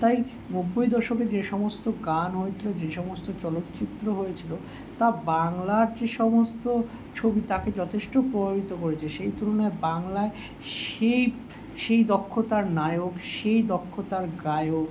তাই নব্বই দশকে যে সমস্ত গান হয়েছিলো যে সমস্ত চলচ্চিত্র হয়েছিলো তা বাংলার যে সমস্ত ছবি তাকে যথেষ্ট প্রভাবিত করেছে সেই তুলনায় বাংলা সেই সেই দক্ষতার নায়ক সেই দক্ষতার গায়ক